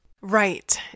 Right